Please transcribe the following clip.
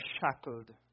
shackled